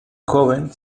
joven